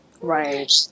right